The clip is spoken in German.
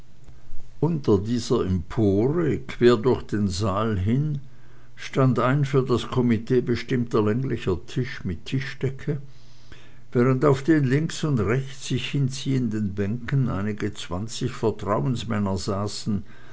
unter dieser empore quer durch den saal hin stand ein für das komitee bestimmter länglicher tisch mit tischdecke während auf den links und rechts sich hinziehenden bänken einige zwanzig vertrauensmänner saßen